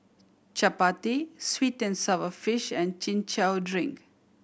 chappati sweet and sour fish and Chin Chow drink